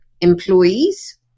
employees